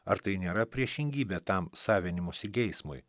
ar tai nėra priešingybė tam savinimosi geismui